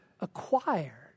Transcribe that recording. acquired